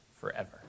forever